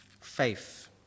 faith